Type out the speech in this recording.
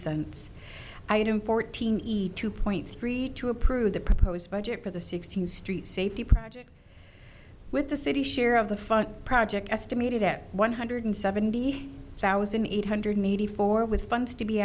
cents item fourteen eat two point three to approve the proposed budget for the sixteenth street safety project with the city's share of the fun project estimated at one hundred seventy thousand eight hundred eighty four with funds to be